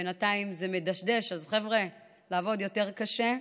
בינתיים זה מדשדש, אז חבר'ה, לעבוד יותר קשה.